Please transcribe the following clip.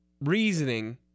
reasoning